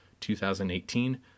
2018